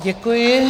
Děkuji.